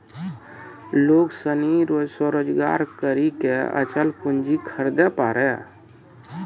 लोग सनी स्वरोजगार करी के अचल पूंजी खरीदे पारै